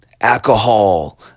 Alcohol